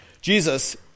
Jesus